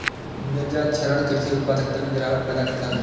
मृदा क्षरण कृषि उत्पादकता में गिरावट पैदा करता है